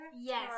Yes